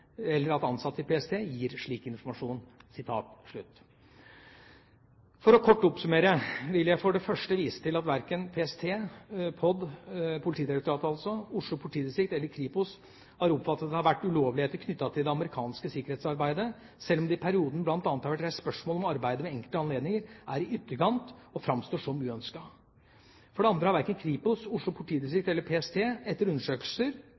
i PST gir slik informasjon.» For kort å oppsummere vil jeg for det første vise til at verken PST, POD, altså Politidirektoratet, Oslo politidistrikt eller Kripos har oppfattet at det har vært ulovligheter knyttet til det amerikanske sikkerhetsarbeidet, selv om det i perioden bl.a. har vært reist spørsmål om arbeidet ved enkelte anledninger er i ytterkant og framstår som uønsket. For det andre har verken Kripos, Oslo politidistrikt eller PST etter undersøkelser